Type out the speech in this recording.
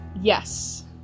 Yes